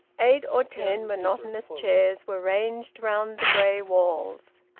eight or ten monotonous chairs were ranged round the grey walls.